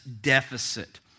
deficit